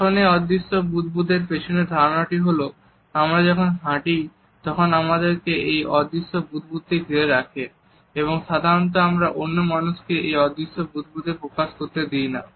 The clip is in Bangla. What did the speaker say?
এখন এই অদৃশ্য বুদবুদের পিছনে ধারণাটি হলো আমরা যখন হাঁটি তখন আমাদেরকে এই অদৃশ্য বুদবুদ ঘিরে রাখে এবং সাধারণত আমরা অন্য মানুষকে এই অদৃশ্য বুদবুদে প্রবেশ করতে দিই না